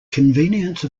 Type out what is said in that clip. convenience